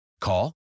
Call